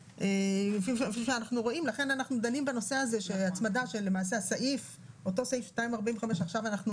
לכן אנחנו דנים בנושא הזה שאותו סעיף של 2.45% שעכשיו אנחנו